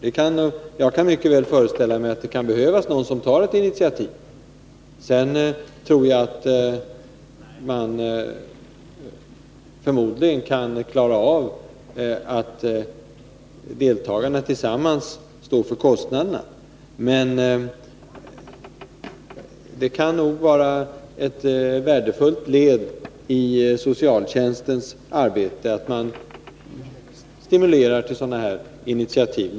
Jag kan mycket väl föreställa mig att det kan finnas behov av att någon tar ett initiativ. Sedan kan förmodligen deltagarna klara av att tillsammans stå för kostnaderna. Det kan nog vara ett värdefullt led i socialtjänstens arbete att stimulera till sådana initiativ.